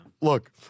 look